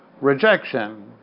rejection